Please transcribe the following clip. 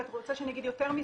את רוצה שאני אגיד יותר מזה?